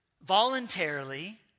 voluntarily